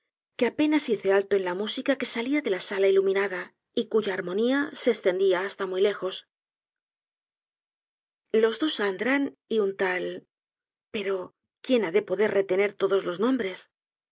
que apenas hice alto en la música que salia de la sala iluminada y cuya armonía se estendia hasta muy lejos los dos andran y un tal pero quién ha de poder retener todos los nombres que eran las parejas de la